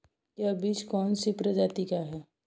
यह बीज कौन सी प्रजाति का है?